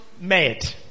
made